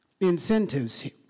incentives